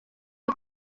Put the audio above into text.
rya